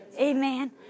Amen